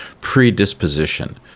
predisposition